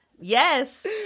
yes